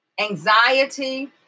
Anxiety